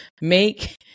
Make